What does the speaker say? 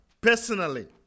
personally